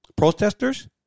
protesters